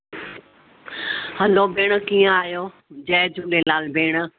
हलो भेण कीअं आहियो जय झूलेलाल भेण